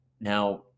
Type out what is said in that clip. Now